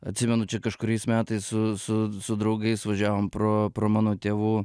atsimenu čia kažkuriais metais su su su draugais važiavom pro pro mano tėvų